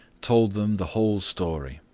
told them the whole story.